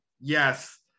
yes